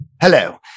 Hello